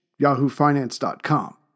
YahooFinance.com